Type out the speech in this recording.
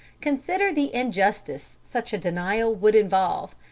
consider the injustice such a denial would involve.